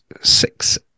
six